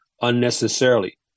unnecessarily